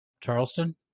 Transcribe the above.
Charleston